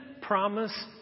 promise